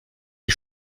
les